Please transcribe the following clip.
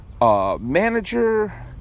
manager